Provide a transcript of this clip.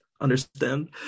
understand